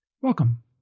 Welcome